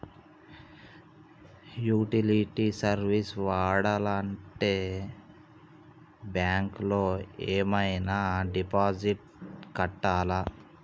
Utility service వాడాలంటే bank లో ఏమైనా డిపాజిట్ కట్టాలా?